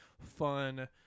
fun